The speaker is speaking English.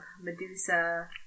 Medusa